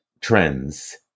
trends